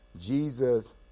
Jesus